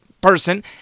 person